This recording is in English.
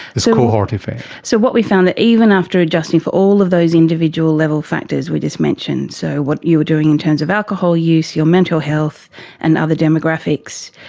this cohort effect? so what we found, that even after adjusting for all of those individual level factors we just mentioned, so what you were doing in terms of alcohol use, your mental health and other demographics,